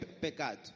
pecado